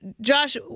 Josh